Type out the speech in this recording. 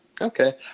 Okay